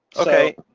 okay,